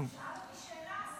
הוא שאל אותי שאלה.